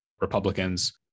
Republicans